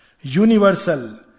universal